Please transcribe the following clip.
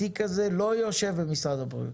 התיק הזה לא יושב במשרד הבריאות.